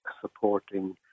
supporting